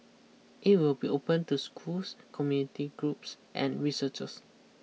it will be open to schools community groups and researchers